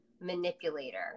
manipulator